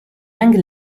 young